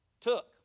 took